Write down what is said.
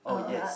oh yes